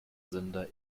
sender